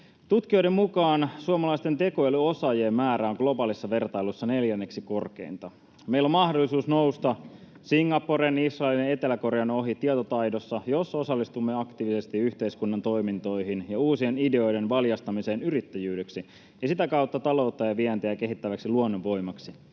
Tutkijoiden mukaan suomalaisten tekoälyosaajien määrä on globaalissa vertailussa neljänneksi korkeinta. Meillä on mahdollisuus nousta Singaporen, Israelin ja Etelä-Korean ohi tietotaidossa, jos osallistumme aktiivisesti yhteiskunnan toimintoihin ja uusien ideoiden valjastamiseen yrittäjyydeksi ja sitä kautta taloutta ja vientiä kehittäväksi luonnonvoimaksi.